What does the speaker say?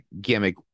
gimmick